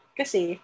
kasi